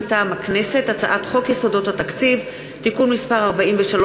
מטעם הכנסת: הצעת חוק יסודות התקציב (תיקון מס' 43,